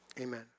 Amen